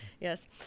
Yes